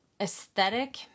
aesthetic